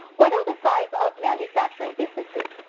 what are the size of manufacturing businesses?